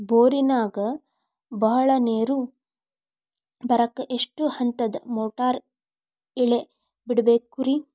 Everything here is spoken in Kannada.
ಬೋರಿನಾಗ ಬಹಳ ನೇರು ಬರಾಕ ಎಷ್ಟು ಹಂತದ ಮೋಟಾರ್ ಇಳೆ ಬಿಡಬೇಕು ರಿ?